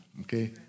okay